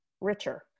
richer